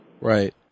Right